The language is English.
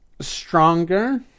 stronger